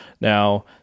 Now